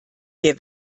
wir